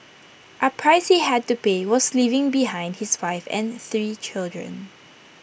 A price he had to pay was leaving behind his wife and three children